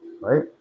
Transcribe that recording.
right